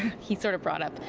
he sort of brought up,